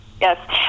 Yes